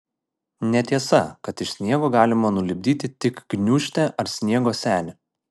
netiesa kad iš sniego galima nulipdyti tik gniūžtę ar sniego senį